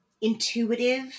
intuitive